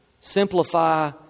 simplify